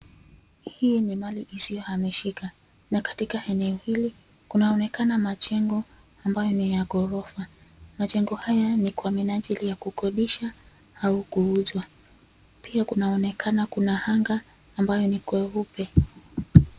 Hivi ni mali isiyohamishika, na katika eneo hili, kunaonekana majengo ambayo ni ya ghorofa. Majengo haya ni kwa minajili ya kukodisha au kuzwa. Pia kunaonekana kuna hanga ambayo ni kweupe.